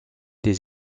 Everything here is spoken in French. des